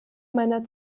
meiner